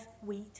wheat